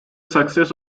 success